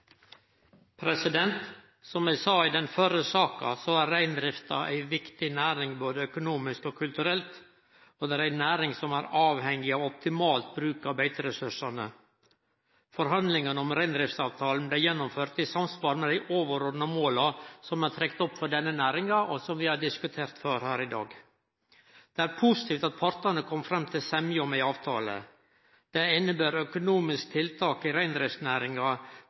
opp. Som eg sa i den førre saka, er reindrifta ei viktig næring både økonomisk og kulturelt, og det er ei næring som er avhengig av optimal bruk av beiteressursane. Forhandlingane om reindriftsavtalen blei gjennomførte i samsvar med dei overordna måla som er trekte opp for denne næringa, og som vi har diskutert før her i dag. Det er positivt at partane kom fram til semje om ein avtale. Det inneber økonomiske tiltak i reindriftsnæringa